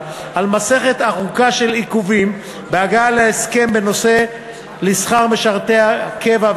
על מסכת ארוכה של עיכובים בהגעה להסכם בנושא שכר משרתי הקבע,